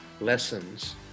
lessons